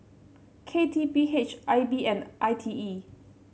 K T P H I B and I T E